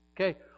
Okay